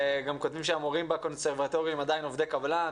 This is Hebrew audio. הם גם כותבים שהמורים בקונסרבטוריונים הם עדיין עובדי קבלן.